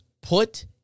put